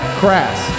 crass